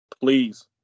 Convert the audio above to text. Please